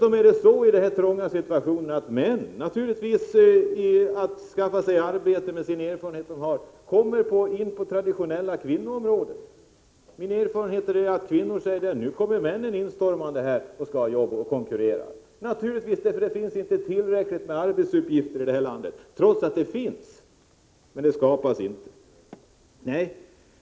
Män skaffar sig naturligtvis arbete, med den erfarenhet de har, och de kommer in på traditionella kvinnoområden. Mina erfarenheter är att kvinnor säger att männen nu kommer instormande och konkurrerar om jobben. Det blir naturligtvis så, när det inte finns tillräckligt med arbetsuppgifter i detta land. Det skulle kunna finnas, men det skapas inte arbeten.